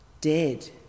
dead